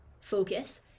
focus